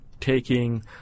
taking